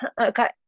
Okay